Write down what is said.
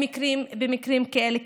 במקרים כאלה.